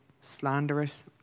slanderous